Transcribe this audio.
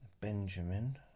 Benjamin